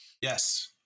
Yes